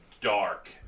dark